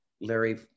Larry